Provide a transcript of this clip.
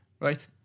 right